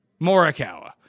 Morikawa